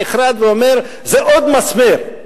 נחרד ואומר: זה עוד מסמר,